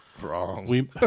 Wrong